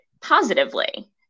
positively